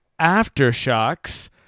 Aftershocks